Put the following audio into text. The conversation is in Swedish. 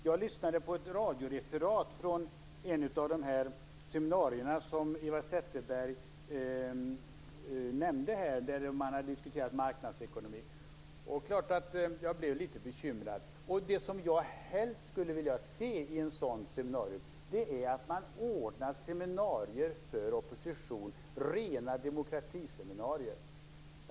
Jag lyssnade till ett radioreferat från ett av de seminarier som Eva Zetterberg nämnde där man diskuterade marknadsekonomi, och det är klart att jag blev litet bekymrad. Det jag helst skulle vilja se är att man ordnade seminarier för oppositionen - rena demokratiseminarier.